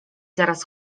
zaraz